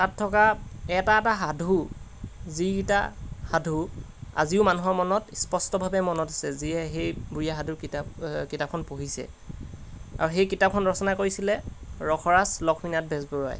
তাত থকা এটা এটা সাধু যিকেইটা সাধু আজিও মানুহৰ মনত স্পষ্টভাৱে মনত আছে যিয়ে সেই বুঢ়ী আই সাধুৰ কিতাপ কিতাপখন পঢ়িছে আৰু সেই কিতাপখন ৰচনা কৰিছিলে ৰসৰাজ লক্ষ্মীনাথ বেজবৰুৱাই